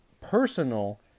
personal